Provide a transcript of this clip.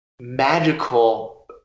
magical